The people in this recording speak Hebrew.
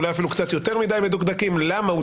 אולי אפילו קצת יותר מדי מדוקדקים למה הוא